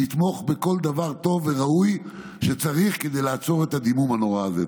נתמוך בכל דבר טוב וראוי שצריך כדי לעצור את הדימום הנורא הזה.